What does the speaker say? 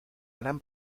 gran